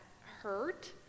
hurt